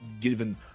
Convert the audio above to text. given